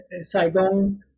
Saigon